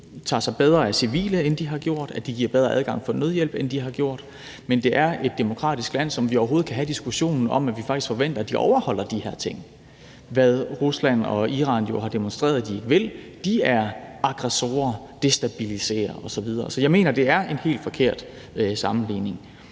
tager sig bedre af civile, end de har gjort, at de giver bedre adgang til nødhjælp, end de har gjort. Men det er et demokratisk land, hvorfor vi overhovedet kan have diskussionen med dem om, at vi faktisk forventer, at de overholder de her ting, hvad Rusland og Iran jo har demonstreret at de ikke vil. De er aggressorer, og de destabiliserer osv. Så jeg mener, det er en helt forkert sammenligning.